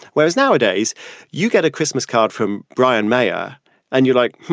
whereas nowadays you get a christmas card from brian mayar and you're like,